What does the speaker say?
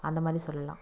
அந்த மாதிரி சொல்லலாம்